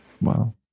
Wow